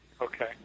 Okay